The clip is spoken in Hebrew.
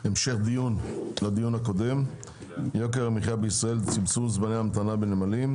המשך דיון - יוקר המחיה בישראל - צמצום זמני ההמתנה בנמלים,